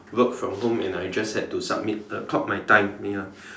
work from home and I just had to summit the clock my time ya